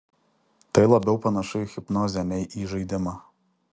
tai labiau panašu į hipnozę nei į žaidimą